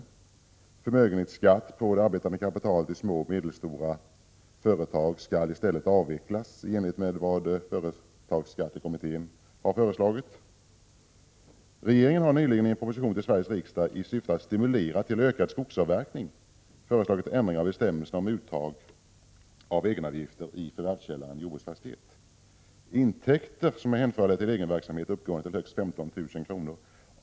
I stället bör förmögenhetsskatten på det arbetande kapitalet i små och medelstora företag avvecklas i enlighet med vad företagskattekommittén har föreslagit. Regeringen har nyligen i en proposition till riksdagen i syfte att stimulera till ökad skogsavverkning föreslagit ändring av bestämmelserna om uttag av egenavgifter i förvärvskällan jordbruksfastighet. Intäkter som är hänförliga till egenverksamhet uppgående till högst 15 000 kr.